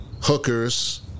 hookers